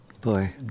Boy